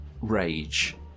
rage